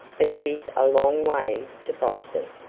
but it is a long way to boston.